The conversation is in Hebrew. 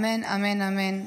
אמן, אמן.